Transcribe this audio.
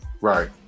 right